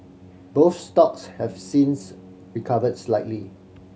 both stocks have since recovered slightly